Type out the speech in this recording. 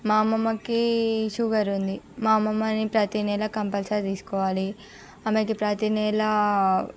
మా అమ్మమ్మకి షుగర్ ఉంది మా అమ్మమ్మని ప్రతి నెల కంపల్సరీ తీసుకుపోవాలి ఆమెకి ప్రతి నెల